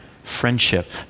Friendship